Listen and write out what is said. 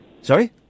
sorry